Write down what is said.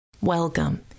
Welcome